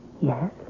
Yes